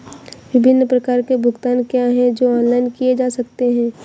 विभिन्न प्रकार के भुगतान क्या हैं जो ऑनलाइन किए जा सकते हैं?